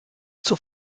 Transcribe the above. zur